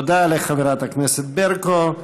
תודה לחברת הכנסת ברקו.